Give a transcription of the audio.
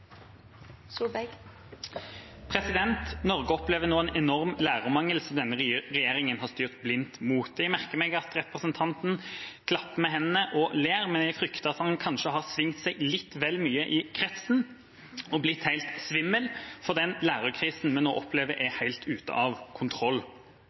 ler, men jeg frykter at han kanskje har svingt seg litt vel mye i kretsen og blitt helt svimmel, for den lærerkrisen vi nå opplever,